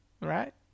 right